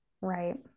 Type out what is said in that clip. Right